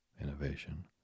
innovation